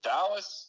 Dallas